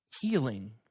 Healing